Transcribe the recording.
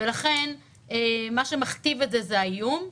לכן מה שמכתיב זה האיום,